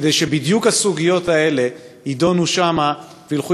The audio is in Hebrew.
כדי שבדיוק הסוגיות האלה יידונו שם וילכו